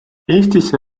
eestisse